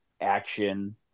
action